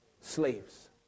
slaves